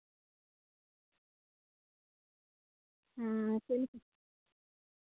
ᱦᱩᱸ ᱪᱮᱫ ᱧᱩᱛᱩᱢ